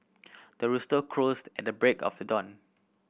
the rooster crows at the break of the dawn